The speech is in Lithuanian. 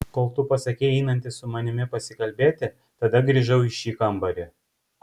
kol tu pasakei einantis su manimi pasikalbėti tada grįžau į šį kambarį